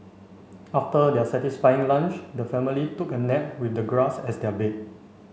after their satisfying lunch the family took a nap with the grass as their bed